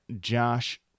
Josh